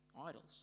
idols